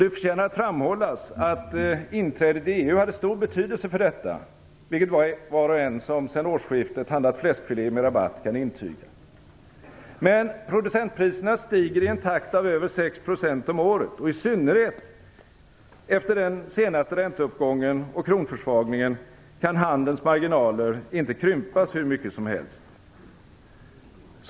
Det förtjänar framhållas att inträdet i EU hade stor betydelse för detta, vilket var och en som sedan årsskiftet handlat fläskfilé med rabatt kan intyga. Men producentpriserna stiger i en takt av över 6 % om året. Och i synnerhet efter den senaste ränteuppgången och kronförsvagningen kan handelns marginaler inte krympas hur mycket som helst.